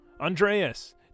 Andreas